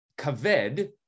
kaved